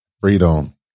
freedom